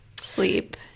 sleep